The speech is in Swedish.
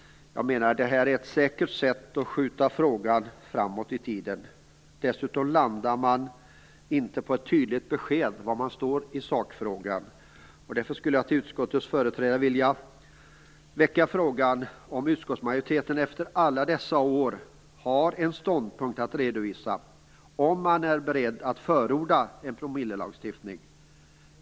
Jag menar att detta är ett säkert sätt att skjuta frågan framåt i tiden. Dessutom landar utskottsmajoriteten inte på ett tydligt besked om var man står i sakfrågan. Därför vill jag till utskottets företrädare väcka frågan om utskottsmajoriteten efter alla dessa år har en ståndpunkt att redovisa. Är man beredd att förorda en promillelagstiftning?